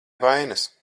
vainas